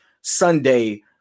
Sunday